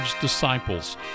Disciples